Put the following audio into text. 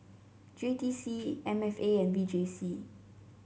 J T C M F A and V J C